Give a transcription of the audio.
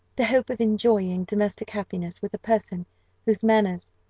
the hope of enjoying domestic happiness with a person whose manners,